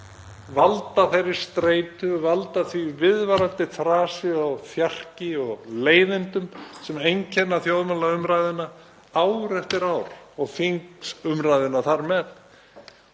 valda þeirri streitu, valda því viðvarandi þrasi og þjarki og leiðindum sem einkenna þjóðmálaumræðuna ár eftir ár og þingumræðuna þar með.